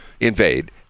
invade